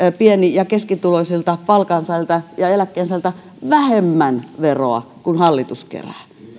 pieni ja keskituloisilta palkansaajilta ja eläkkeensaajilta vähemmän veroa kuin hallitus kerää